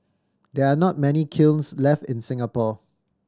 there are not many kilns left in Singapore